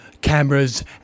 cameras